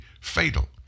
fatal